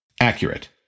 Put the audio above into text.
Accurate